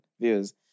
views